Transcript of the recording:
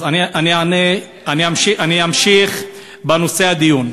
אז אני אמשיך בנושא הדיון.